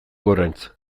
gorantz